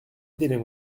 dealing